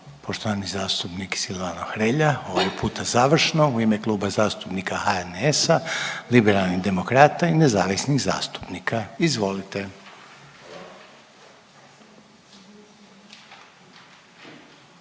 poštovani zastupnik Silvano Hrelja, ovaj puta završno u ime Kluba zastupnika HNS-a, Liberalnih demokrata i nezavisnih zastupnika. Izvolite.